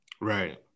right